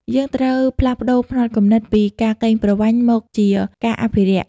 យើងត្រូវផ្លាស់ប្តូរផ្នត់គំនិតពី "ការកេងប្រវ័ញ្ច" មកជា "ការអភិរក្ស"។